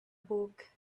book